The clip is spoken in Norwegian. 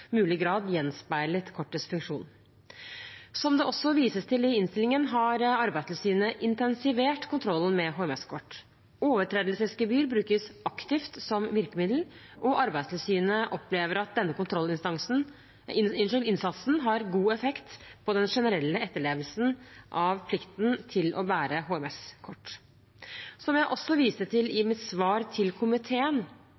mulig grad gjenspeiler kortets funksjon. Som det også vises til i innstillingen, har Arbeidstilsynet intensivert kontrollen med HMS-kort. Overtredelsesgebyr brukes aktivt som virkemiddel, og Arbeidstilsynet opplever at denne kontrollinnsatsen har god effekt på den generelle etterlevelsen av plikten til å bære HMS-kort. Som jeg også viste til